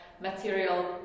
material